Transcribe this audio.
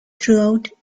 throughout